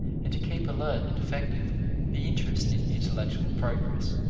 and to keep alert and effective the interest in intellectual progress.